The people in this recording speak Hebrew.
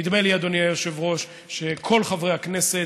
נדמה לי, אדוני היושב-ראש, שכל חברי הכנסת,